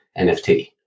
NFT